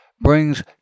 brings